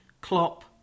Klopp